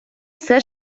все